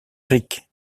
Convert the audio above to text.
ric